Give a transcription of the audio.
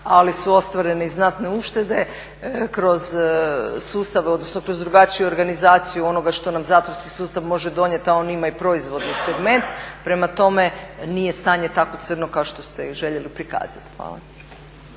ali su ostvarene i znatne uštede kroz sustav odnosno kroz drugačiju organizaciju onoga što nam zatvorski sustav može donijeti, a on ima i proizvodni segment. Prema tome, nije stanje tako crno kao što ste željeli prikazati. Hvala.